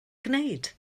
gwneud